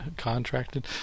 Contracted